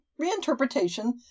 reinterpretation